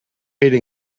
pere